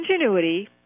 ingenuity